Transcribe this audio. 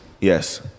Yes